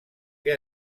que